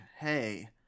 hey